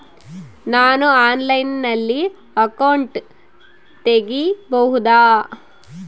ನಾನು ಆನ್ಲೈನಲ್ಲಿ ಅಕೌಂಟ್ ತೆಗಿಬಹುದಾ?